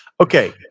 Okay